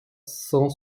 cent